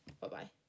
Bye-bye